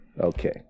Okay